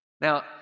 Now